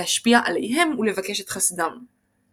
להשפיע עליהם ולבקש את חסדם.